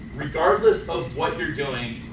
regardless of what you are doing,